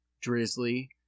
drizzly